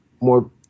more